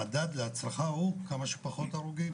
המדד להצלחה הוא כמה שפחות הרוגים.